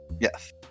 Yes